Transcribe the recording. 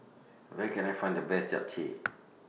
Where Can I Find The Best Japchae